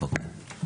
אוקיי.